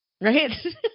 Right